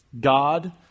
God